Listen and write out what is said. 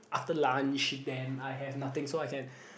after lunch then I have nothing so I can